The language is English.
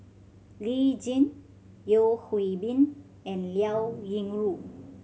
Lee Tjin Yeo Hwee Bin and Liao Yingru